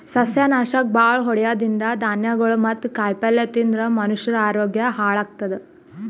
ಸಸ್ಯನಾಶಕ್ ಭಾಳ್ ಹೊಡದಿದ್ದ್ ಧಾನ್ಯಗೊಳ್ ಮತ್ತ್ ಕಾಯಿಪಲ್ಯ ತಿಂದ್ರ್ ಮನಷ್ಯರ ಆರೋಗ್ಯ ಹಾಳತದ್